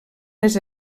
les